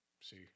See